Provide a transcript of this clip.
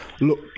look